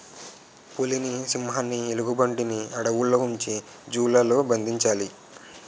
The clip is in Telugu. పులిని సింహాన్ని ఎలుగుబంటిని అడవుల్లో ఉంచి జూ లలో బంధించాలి